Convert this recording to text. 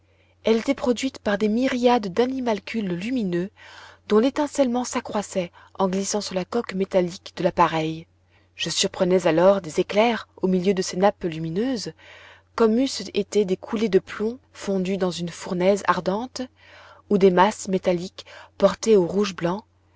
elle était produite par des myriades d'animalcules lumineux dont l'étincellement s'accroissait en glissant sur la coque métallique de l'appareil je surprenais alors des éclairs au milieu de ces nappes lumineuses comme eussent été des coulées de plomb fondu dans une fournaise ardente ou des masses métalliques portées au rouge blanc